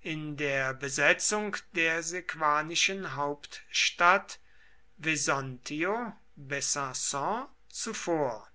in der besetzung der sequanischen hauptstadt vesontio besanon zuvor